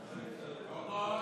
טוב מאוד.